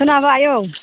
खोनाबाय औ